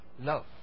Love